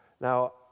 Now